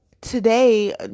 today